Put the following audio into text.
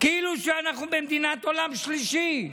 כאילו שאנחנו במדינת עולם שלישי.